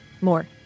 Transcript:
More